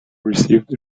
received